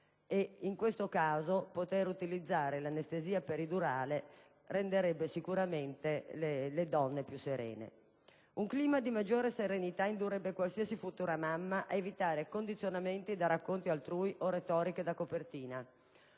e in questo caso poter utilizzare l'anestesia peridurale renderebbe sicuramente le donne più serene. Un clima di maggiore serenità indurrebbe qualsiasi futura mamma ad evitare condizionamenti da racconti altrui o retoriche da copertina.